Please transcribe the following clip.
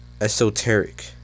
esoteric